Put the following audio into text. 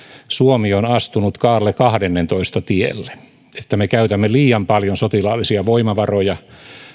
suomi on astunut kaarle xiin tielle me käytämme liian paljon sotilaallisia voimavaroja